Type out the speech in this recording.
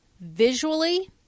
visually